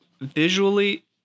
visually